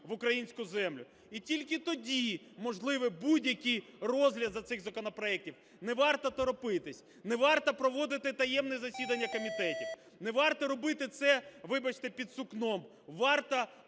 в українську землю. І тільки тоді можливий будь-який розгляд за цих законопроектів. Не варто торопитись. Не варто проводити таємне засідання комітету. Не варто робити це, вибачте, під сукном. Варто